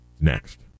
Next